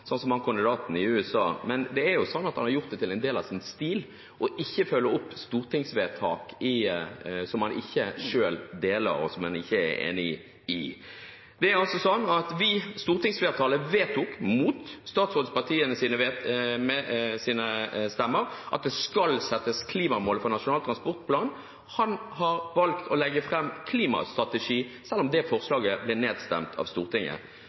sånn som han kandidaten i USA. Det jo sånn at han har gjort det til en del av sin stil ikke å følge opp stortingsvedtak som han ikke selv deler, som han ikke er enig i. Vi – stortingsflertallet – vedtok mot statsrådens partis stemmer at det skal settes klimamål for Nasjonal transportplan. Han har valgt å legge fram klimastrategi, selv om det forslaget ble nedstemt av Stortinget.